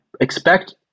expect